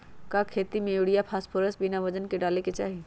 का खेती में यूरिया फास्फोरस बिना वजन के न डाले के चाहि?